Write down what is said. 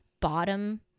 bottom